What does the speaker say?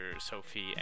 sophie